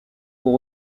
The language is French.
pour